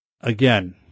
again